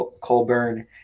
Colburn